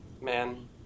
Man